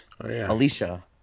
Alicia